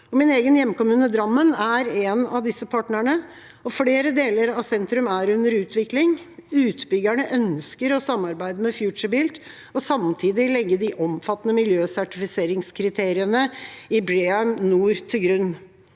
Min egen hjemkommune, Drammen, er en av disse partnerne. Flere deler av sentrum er under utvikling. Utbyggerne ønsker å samarbeide med FutureBuilt og samtidig legge de omfattende miljøsertifiseringskriteriene i BREEAM-NOR til grunn.